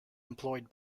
employed